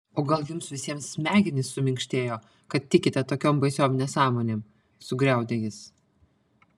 o gal jums visiems smegenys suminkštėjo kad tikite tokiom baisiom nesąmonėm sugriaudė jis